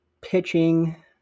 pitching